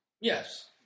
Yes